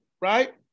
right